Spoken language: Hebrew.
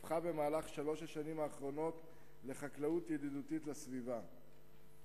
הפכה בשלוש השנים האחרונות לחקלאות ידידותית לסביבה.